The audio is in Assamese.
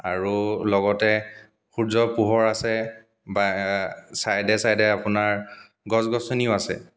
আৰু লগতে সূৰ্য্যৰ পোহৰ আছে বা ছাইডে ছাইডে আপোনাৰ গছ গছনিও আছে